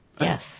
Yes